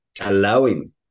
allowing